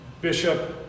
bishop